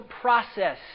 process